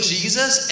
Jesus